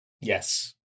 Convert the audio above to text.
Yes